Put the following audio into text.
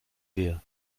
wir